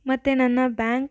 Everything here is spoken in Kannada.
ಮತ್ತು ನನ್ನ ಬ್ಯಾಂಕ್